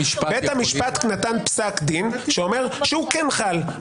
בית המשפט נתן פסק דין שאומר שהוא כן חל.